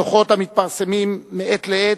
הדוחות המתפרסמים מעת לעת,